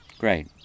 Great